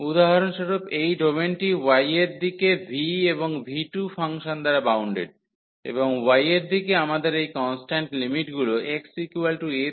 উদাহরণস্বরূপ এই ডোমেনটি y এর দিকে v এবং v2 ফাংশন দ্বারা বাউন্ডেড এবং y এর দিকে আমাদের এই কন্সট্যান্ট লিমিটগুলি x a থেকে x b হয়